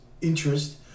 interest